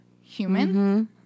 human